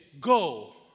go